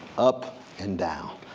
up and down.